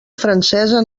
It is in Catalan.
francesa